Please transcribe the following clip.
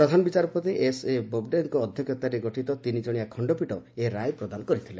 ପ୍ରଧାନ ବିଚାରପତି ଏସ୍ଏ ବୋବ୍ଡେଙ୍କ ଅଧ୍ୟକ୍ଷତାରେ ଗଠିତ ତିନି କଣିଆ ଖଣ୍ଡପୀଠ ଏହି ରାୟ ପ୍ରଦାନ କରିଥିଲେ